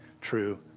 true